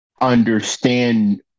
understand